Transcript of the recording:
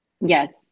yes